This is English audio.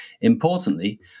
Importantly